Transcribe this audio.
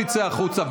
תצא החוצה.